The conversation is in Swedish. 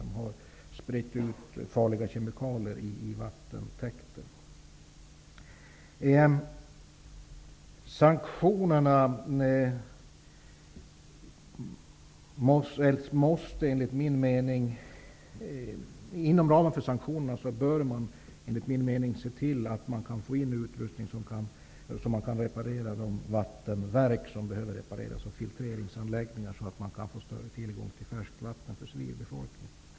Därigenom har farliga kemikalier spridits ut i vattentäkter. Inom ramen för sanktionerna bör man se till att utrustning kommer in så att vattenverk och filtreringsanläggningar kan repareras. På så sätt blir tillgången till färskvatten större för civilbefolkningen.